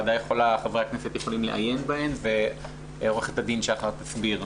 חברי הכנסת יכולים לעיין בהן ועורכת הדין שחר תסביר.